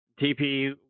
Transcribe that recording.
TP